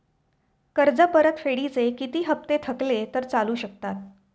कर्ज परतफेडीचे किती हप्ते थकले तर चालू शकतात?